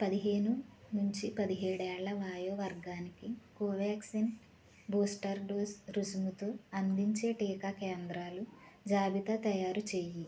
పదిహేను నుంచి పదిహేడు ఏళ్ళ వయో వర్గానికి కోవాక్సిన్ బూస్టర్ డోసు రుసుముతో అందించే టీకా కేంద్రాలు జాబితా తయారు చేయి